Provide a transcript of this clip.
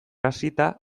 hasita